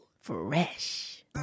Fresh